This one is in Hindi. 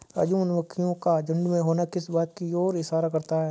राजू मधुमक्खियों का झुंड में होना किस बात की ओर इशारा करता है?